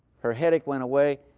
her headache went away,